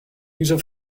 diese